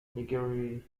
nigerian